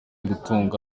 gutunga